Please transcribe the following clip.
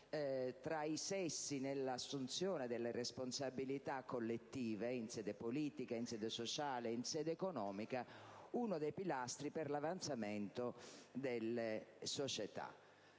tra i sessi e nell'assunzione delle responsabilità collettive in sede politica, sociale ed economica uno dei pilastri per l'avanzamento delle società.